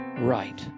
right